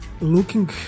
looking